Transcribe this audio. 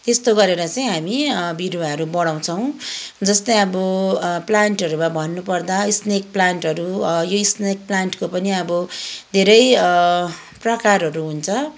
त्यस्तो गरेर चाहिँ हामी बिरुवाहरू बढाउँछौँ जस्तै अब प्लान्टहरूमा भन्नुपर्दा स्नेक प्लान्टहरू यो स्नेक प्लान्टको पनि अब धेरै प्रकारहरू हुन्छ